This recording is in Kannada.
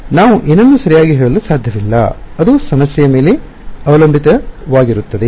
ನಾವು ಏನನ್ನೂ ಸರಿಯಾಗಿ ಹೇಳಲು ಸಾಧ್ಯವಿಲ್ಲ ಅದು ಸಮಸ್ಯೆಯ ಮೇಲೆ ಅವಲಂಬಿತವಾಗಿರುತ್ತದೆ